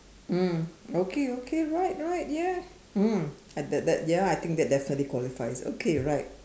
mm okay okay right right ya mm that that ya I think that definitely qualifies okay right